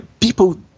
people